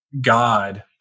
God